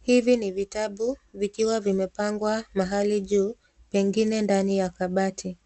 Hivi ni vitabu vikiwa vimepangwa mahali juu mengine ndani ya kabati.